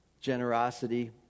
generosity